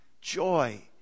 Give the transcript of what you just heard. joy